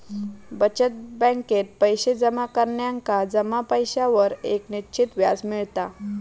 बचत बॅकेत पैशे जमा करणार्यांका जमा पैशांवर एक निश्चित व्याज मिळता